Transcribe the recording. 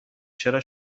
چرا